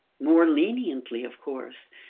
more leniently of course.